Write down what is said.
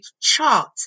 chart